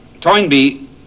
Toynbee